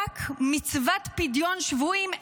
רק מצוות פדיון שבויים,